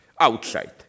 outside